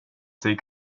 sig